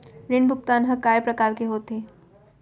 ऋण भुगतान ह कय प्रकार के होथे?